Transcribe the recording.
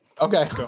Okay